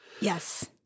yes